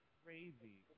crazy